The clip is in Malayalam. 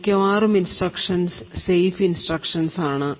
മിക്കവാറും ഇൻസ്ട്രക്ഷൻസ് സേഫ് ഇൻസ്ട്രക്ഷൻസ് ആണ്